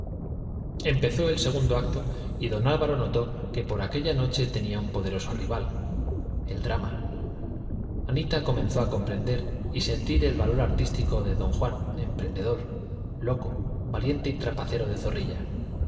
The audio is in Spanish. empezó el segundo acto y d álvaro notó que por aquella noche tenía un poderoso rival el drama anita comenzó a comprender y sentir el valor artístico del d juan emprendedor loco valiente y trapacero de zorrilla